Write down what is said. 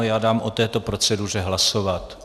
Já dám o této proceduře hlasovat.